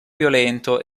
violento